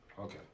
Okay